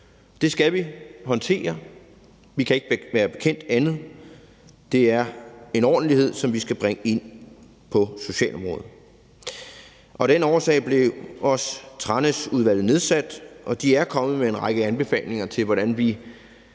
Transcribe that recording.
det skal vi håndtere. Vi kan ikke være andet bekendt, og det er en ordentlighed, som vi skal bringe ind på socialområdet. Af den årsag blev Tranæsudvalget også nedsat, og de er kommet med en række anbefalinger til, hvordan vi